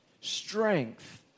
Strength